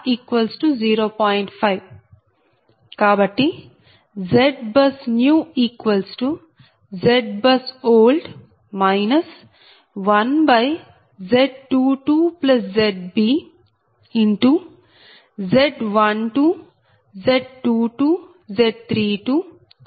కాబట్టి ZBUSNEWZBUSOLD 1Z22ZbZ12 Z22 Z32 Z21 Z22 Z23